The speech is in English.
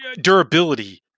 durability